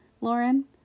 Lauren